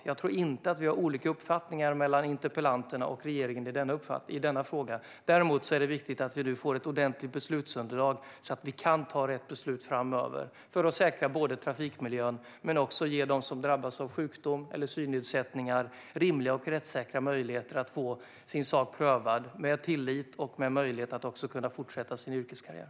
Jag tror inte att interpellanterna och regeringen har olika uppfattningar i denna fråga. Däremot är det viktigt att vi nu får ett ordentligt beslutsunderlag så att vi kan fatta rätt beslut framöver. Det handlar både om att säkra trafikmiljön och om att ge den som drabbas av sjukdom eller synnedsättningar rimliga och rättssäkra möjligheter att få sin sak prövad, med tillit och med möjligheter att fortsätta sin yrkeskarriär.